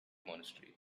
monastery